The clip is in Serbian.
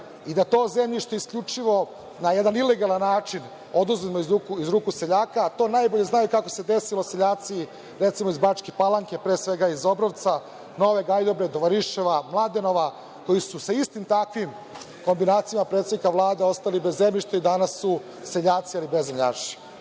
i da to zemljište isključivo na jedan ilegalan način oduzmemo iz ruku seljaka. To najbolje znaju kako se desilo, seljaci, recimo, iz Bačke Palanke, pre svega iz Obrovca, Nove Gajdobre, Dovariševa, Mladenova, koji su sa istim takvim kombinacijama predsednika Vlade ostali bez zemljišta i danas su seljaci ali bezemljaši.